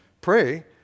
pray